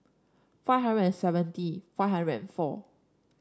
five hundred and seventy five hundred and four